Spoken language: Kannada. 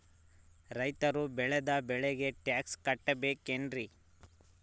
ರೈತರು ಬೆಳೆದ ಬೆಳೆಗೆ ಟ್ಯಾಕ್ಸ್ ಕಟ್ಟಬೇಕೆನ್ರಿ?